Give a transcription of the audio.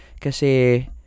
kasi